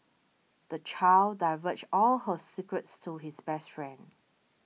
the child diverged all her secrets to his best friend